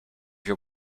your